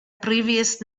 previous